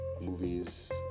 movies